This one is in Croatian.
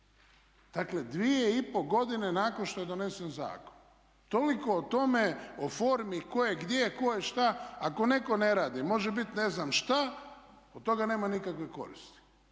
Dakle 2,5 godine nakon što je donesen zakon. Toliko o tome, o formi ko je gdje, ko je šta. Ako netko ne radi može biti ne znam šta od toga nema nikakve koristi.